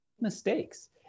Mistakes